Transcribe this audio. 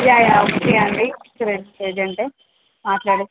yeah yeah okay అండి tourist agent మాట్లాడండి